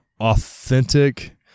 authentic